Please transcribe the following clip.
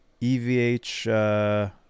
EVH